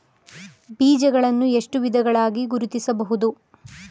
ಬೀಜಗಳನ್ನು ಎಷ್ಟು ವಿಧಗಳಾಗಿ ಗುರುತಿಸಬಹುದು?